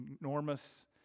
enormous